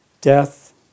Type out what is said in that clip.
Death